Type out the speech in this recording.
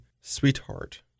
Sweetheart